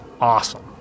awesome